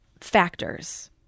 factors